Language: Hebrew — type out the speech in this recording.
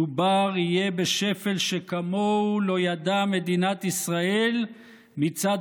מדובר יהיה בשפל שכמוהו לא ידעה מדינת ישראל מצד